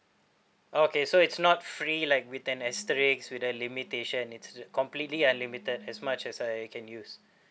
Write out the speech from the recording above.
okay so it's not free like with an asterisk with a limitation it's completely unlimited as much as I can use